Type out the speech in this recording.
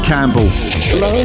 Campbell